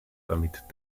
damit